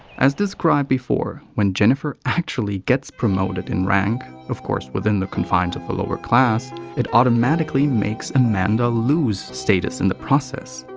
as described before when jennifer actually gets promoted in rank of course within the confines of the lower class it automatically makes amanda lose status in the process.